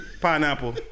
Pineapple